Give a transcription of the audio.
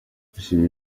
yashimiye